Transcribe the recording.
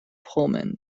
pullman